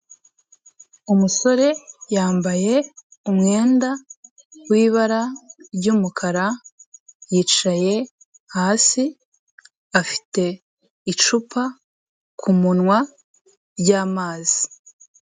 Umusore yambaye umwenda w'ibara ry'umukara, yicaye hasi, afite icupa ku munwa ry'amazi.